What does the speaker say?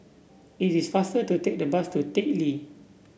it is faster to take the bus to Teck Lee